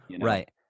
right